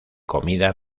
comida